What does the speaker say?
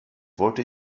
wollte